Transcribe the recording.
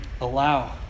Allow